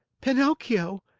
pinocchio!